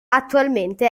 attualmente